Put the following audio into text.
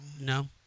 No